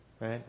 Right